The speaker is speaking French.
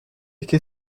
qu’est